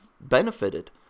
benefited